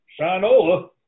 Shinola